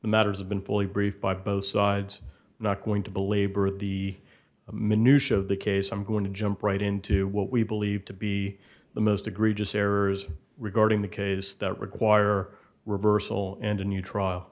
matters have been fully briefed by both sides not going to belabor the minutiae of the case i'm going to jump right into what we believe to be the most egregious errors regarding the case that require reversal and a new trial